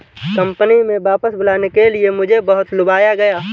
company में वापस बुलाने के लिए मुझे बहुत लुभाया गया